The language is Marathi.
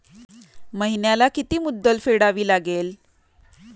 महिन्याला किती मुद्दल फेडावी लागेल?